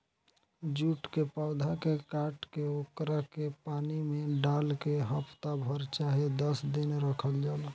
jute के पौधा के काट के ओकरा के पानी में डाल के हफ्ता भर चाहे दस दिन रखल जाला